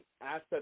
asset